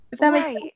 Right